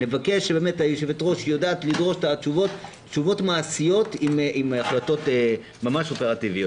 נבקש היושבתר א שיודעת לדרוש תשובות מעשיות עם החלטות אופרטיביות.